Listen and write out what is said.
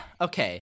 okay